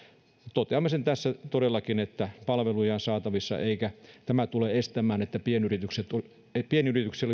toteamme sen todellakin että palveluja on saatavissa eikä tämä tule estämään pienyrityksiä pienyrityksiä